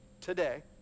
today